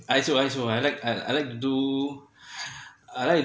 I also I also I I like I like to do I like